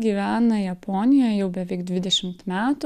gyvena japonijoj jau beveik dvidešimt metų